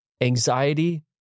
anxiety